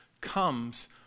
comes